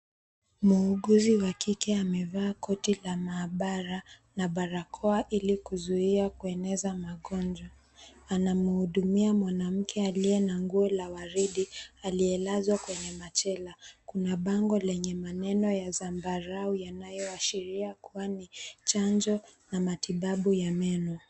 Muuguzi wa kike amevaa koti la maabara, na barakoa ili kuzuia kueneza magonjwa all. Anamhudumia mwanamke aliye na nguo la waridi, aliyelazwa kwenye machela. Kuna bango lenye maneno ya zambarau, yanayoashiria kuwa ni chanjo na matibabu ya meno.